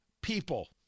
people